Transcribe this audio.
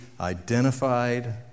identified